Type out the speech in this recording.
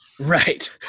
right